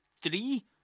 three